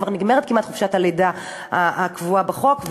כבר נגמרת כמעט חופשת הלידה הקבועה בחוק.